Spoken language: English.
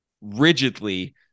rigidly